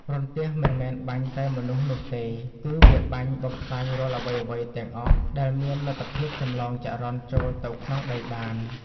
រន្ទះមិនមែនបាញ់តែមនុស្សនោះទេ គឺវាបាញ់បំផ្លាញរាល់អ្វីៗទាំងអស់ដែលមានលទ្ធភាពចម្លងចរន្តចូលទៅក្នុងដីបាន។